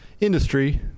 industry